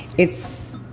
it's,